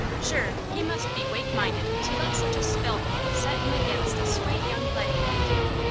shure, he must be wake-minded to let such a spalpeen set him against a swate young leddy like you.